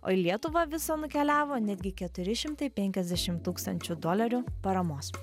o į lietuvą viso nukeliavo netgi keturi šimtai penkiasdešim tūkstančių dolerių paramos